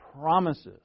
promises